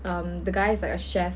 um the guy is like a chef